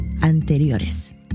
anteriores